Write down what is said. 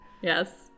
yes